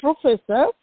professor